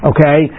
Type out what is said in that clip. Okay